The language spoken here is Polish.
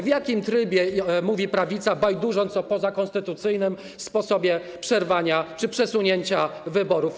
W jakim trybie mówi prawica, bajdurząc o pozakonstytucyjnym sposobie przerwania czy przesunięcia wyborów?